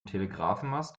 telegrafenmast